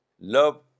love